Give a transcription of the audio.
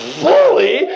fully